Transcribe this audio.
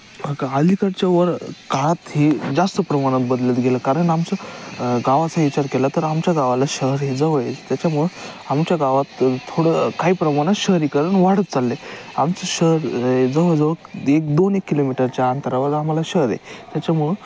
हं का अलीकडच्या वर काळात हे जास्त प्रमाणात बदलत गेलं कारण आमचं गावाचा विचार केला तर आमच्या गावाला शहर हे जवळ आहे त्याच्यामुळं आमच्या गावात थोडं काही प्रमाणात शहरीकरण वाढत चाललं आहे आमचं शहर ये जवळजवळ एक दोन एक किलोमीटरच्या अंतरावर आम्हाला शहर आहे त्याच्यामुळं